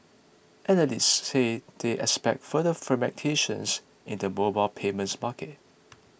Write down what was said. analysts said they expect further fragmentation's in the mobile payments market